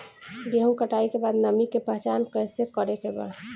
गेहूं कटाई के बाद नमी के पहचान कैसे करेके बा?